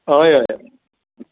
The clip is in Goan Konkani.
हय हय